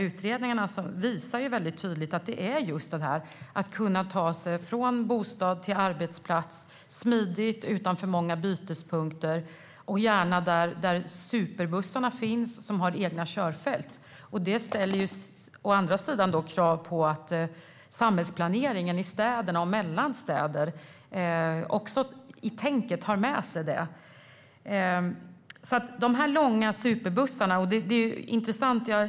Utredningarna visar väldigt tydligt att det handlar om att människor ska kunna ta sig från bostad till arbetsplats smidigt och utan för många bytespunkter, och gärna där superbussarna finns som har egna körfält. Men det ställer krav på att man i samhällsplaneringen i städer och mellan städer tar med sig det i tänket.